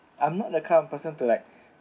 I'm not the kind of person to like